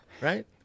right